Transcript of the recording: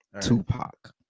Tupac